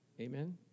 Amen